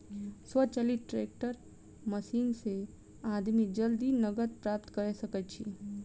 स्वचालित teller machine से आदमी जल्दी नकद प्राप्त कय सकैत अछि